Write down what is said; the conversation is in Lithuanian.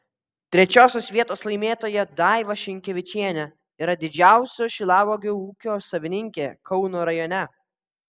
trečiosios vietos laimėtoja daiva šinkevičienė yra didžiausio šilauogių ūkio savininkė kauno rajone